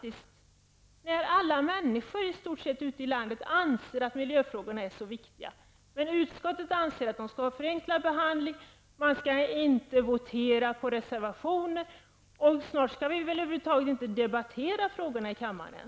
I stort sett alla människor i landet anser att miljöfrågorna är mycket viktiga, men utskottet anser att det skall vara förenklad behandling, att man inte skall votera om reservationer. Och snart skall vi väl inte ens debattera frågorna i kammaren.